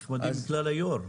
נחמדים בגלל היו"ר.